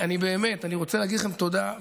באמת, אני רוצה להגיד לכם תודה.